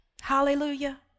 Hallelujah